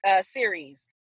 series